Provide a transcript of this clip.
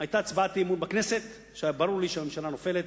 היתה הצבעת אי-אמון בכנסת שהיה ברור לי שהממשלה נופלת.